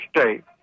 state